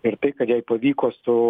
ir tai kad jai pavyko su